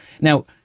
Now